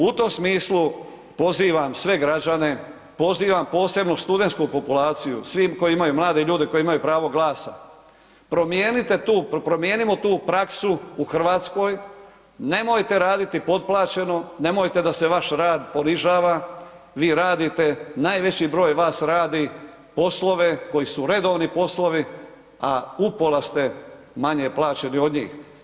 U tom smislu pozivam sve građane, pozivam posebno studentsku populaciju, svim koji imaju mlade ljude, koji imaju pravo glasa, promijenite tu, promijenimo tu praksu u RH, nemojte raditi potplaćeno, nemojte da se vaš rad ponižava, vi radite, najveći broj vas radi poslove koji su redovni poslovi, a upola ste manje plaćeni od njih.